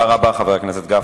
תודה רבה, חבר הכנסת גפני.